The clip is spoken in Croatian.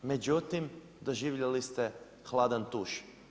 Međutim, doživjeli ste hladan tuš.